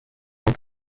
mein